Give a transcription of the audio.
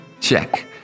Check